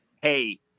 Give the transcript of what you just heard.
hey